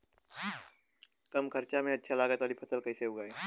कम खर्चा में अच्छा लागत वाली फसल कैसे उगाई?